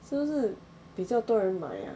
是不是比较多人买 ah